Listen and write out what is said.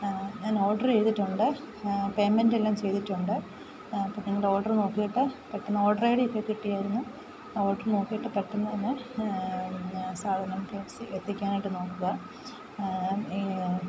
ഞാൻ ഓഡർ ചെയ്തിട്ടുണ്ട് പേയ്മെൻ്റെല്ലാം ചെയ്തിട്ടുണ്ട് അപ്പോൾ പിന്നെ ഒരു ഓഡർ നോക്കിയിട്ട് പെട്ടെന്ന് ഓഡർ ഐഡിയൊക്കെ കിട്ടിയിരുന്നു ഓഡർ നോക്കിയിട്ട് പെട്ടെന്ന് തന്നെ പിന്നെ സാധനം കെ എഫ് സി എത്തിക്കാനായിട്ട് നോക്കുക ഈ